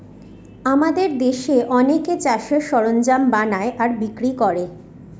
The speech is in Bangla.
আমাদের দেশে অনেকে চাষের সরঞ্জাম বানায় আর বিক্রি করে